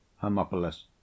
Hermopolis